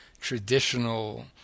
traditional